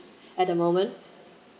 at the moment